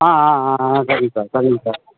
ஆ ஆ ஆ ஆ சரிங்க சார் சரிங்க சார்